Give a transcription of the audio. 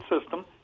system